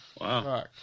Wow